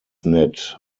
nett